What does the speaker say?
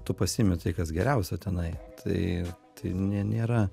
tu pasiimi tai kas geriausia tenai tai tai nėra